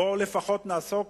לפחות בואו נעסוק